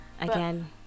again